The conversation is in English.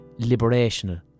...liberational